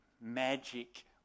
magic